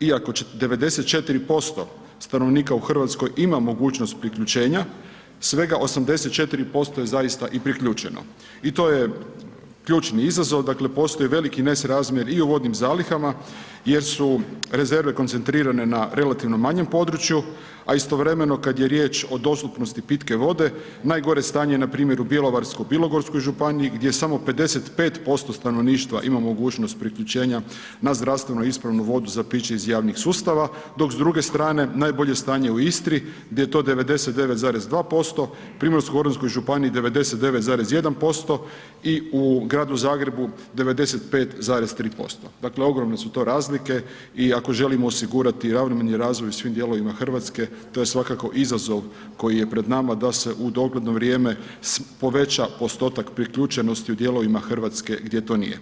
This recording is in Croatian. iako 94% stanovnika u RH ima mogućnost priključenja, svega 84% je zaista i priključeno i to je ključni izazov, dakle postoji veliki nesrazmjer i u vodnim zalihama jer su rezerve koncentrirane na relativno manjem području, a istovremeno kad je riječ o dostupnosti pitke vode najgore stanje je npr. u Bjelovarsko-bilogorskoj županiji gdje samo 55% stanovništva ima mogućnost priključenja na zdravstveno ispravu vodu za piće iz javnih sustava, dok s druge strane, najbolje je stanje u Istri gdje je to 99,2%, Primorsko-goranskoj županiji 99,1% i u Gradu Zagrebu 95,3%, dakle ogromne su to razlike i ako želimo osigurati ravnomjerni razvoj u svim dijelovima RH, to je svakako izazov koji je pred nama da se u dogledno vrijeme poveća postotak priključenosti u dijelovima RH gdje to nije.